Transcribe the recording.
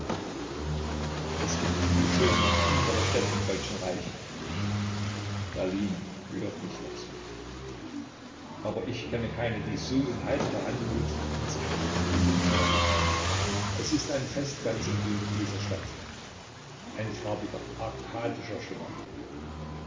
es gibt viele schöne und muntere städte im deutschen reich berlin gehört nicht dazu aber ich kenne keine die so in heiterer anmut in sich ruht wie münchen es ist ein festglanz im bilde dieser stadt ein farbiger arkadischer schimmer